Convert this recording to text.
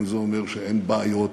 אין זה אומר שאין בעיות,